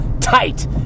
tight